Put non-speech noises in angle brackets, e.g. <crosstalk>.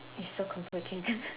it's so complicated <laughs>